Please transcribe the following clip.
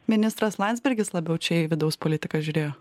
ministras landsbergis labiau čia į vidaus politiką žiūrėjo